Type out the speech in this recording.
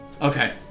Okay